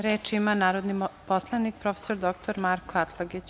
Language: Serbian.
Reč ima narodni poslanik prof. dr Marko Atlagić.